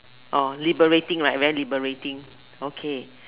oh liberating like very liberating